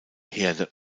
herde